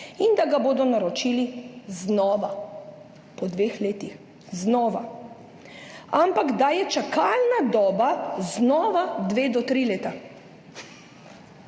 in da ga bodo naročili znova, po dveh letih, znova, ampak da je čakalna doba znova 2 do 3 leta.